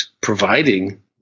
providing